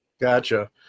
Gotcha